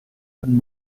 von